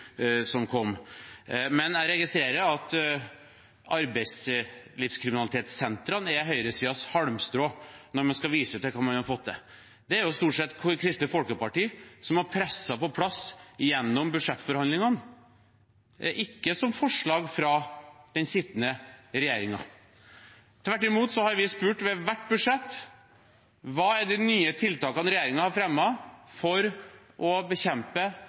Men jeg registrerer at arbeidslivskriminalitetssentrene er høyresidens halmstrå når man skal vise til hva man har fått til. Det er det imidlertid stort sett Kristelig Folkeparti som har presset på plass gjennom budsjettforhandlingene, ikke som forslag fra den sittende regjeringen. Vi har spurt ved hvert budsjett: Hva er de nye tiltakene regjeringen har fremmet for å bekjempe